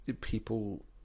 people